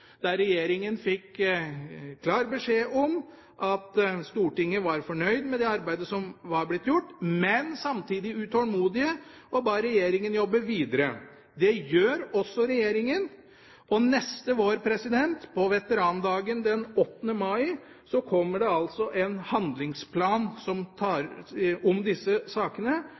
der regjeringa fikk klar beskjed om at Stortinget var fornøyd med det arbeidet som var blitt gjort, men samtidig utålmodig og ba regjeringa jobbe videre. Det gjør også regjeringa, og neste vår, på veterandagen 8. mai, kommer det en handlingsplan om disse sakene som